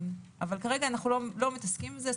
אבל כרגע אנחנו לא מתעסקים עם זה,